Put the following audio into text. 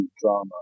drama